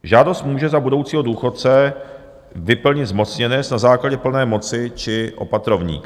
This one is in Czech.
Žádost může za budoucího důchodce vyplnit zmocněnec na základě plné moci či opatrovník.